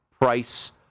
price